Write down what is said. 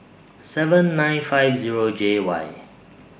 seven nine five Zero J Y